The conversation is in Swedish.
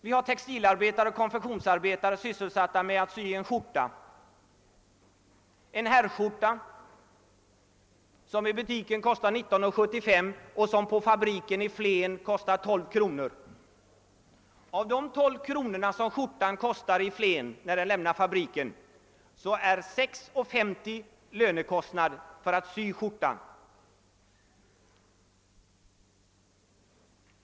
Vi har textiloch konfektionsarbetare sysselsatta med att sy en herrskjorta som i butiken kostar 19:75 och som på fabriken i Flen kostar 12 kronor. Av de 12 kronor som skjortan kostar, när den lämnar fabriken i Flen, är 6:50 lönekostnad för att sy skjortan.